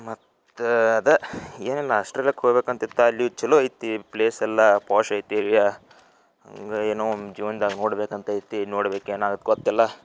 ಮತ್ತು ಅದು ಏನಿಲ್ಲ ಆಸ್ಟ್ರೇಲಿಯಕ್ಕೆ ಹೋಗ್ಬೇಕಂತಿತ್ತ ಅಲ್ಲಿ ಚೊಲೋ ಐತಿ ಪ್ಲೇಸೆಲ್ಲ ಪಾಷ್ ಐತಿ ಏರಿಯಾ ಹಂಗೆ ಏನೋ ಒಂದು ಜೀವನ್ದಾಗೆ ನೋಡ್ಬೇಕಂತ ಐತಿ ನೋಡ್ಬೇಕು ಏನಾಗತ್ತೆ ಗೊತ್ತಿಲ್ಲ